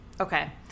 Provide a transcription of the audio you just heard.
okay